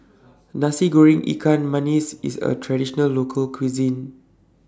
Nasi Goreng Ikan Masin IS A Traditional Local Cuisine